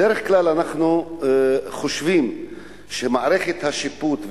בדרך כלל אנחנו חושבים שמערכת השיפוט,